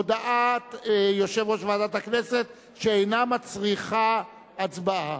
הודעת יושב-ראש ועדת הכנסת שאינה מצריכה הצבעה.